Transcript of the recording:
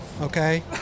Okay